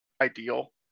ideal